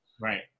Right